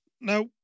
Now